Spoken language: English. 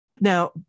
Now